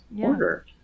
order